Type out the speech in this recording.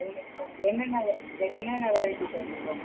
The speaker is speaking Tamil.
என்னென்ன என்னென்ன வெரைட்டி சார் இருக்கும்